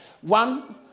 One